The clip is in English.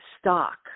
stock